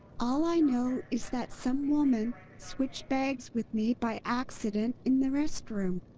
all i know is that some woman switched bags with me by accident in the restroom.